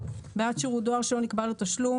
בעד שירות דואר שלא נקבע לו תשלום,